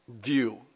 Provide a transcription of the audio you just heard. view